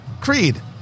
Creed